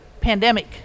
pandemic